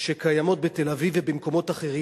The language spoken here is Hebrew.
שקיימות בתל-אביב ובמקומות אחרים,